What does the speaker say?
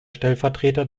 stellvertreter